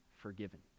forgiven